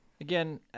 again